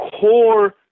core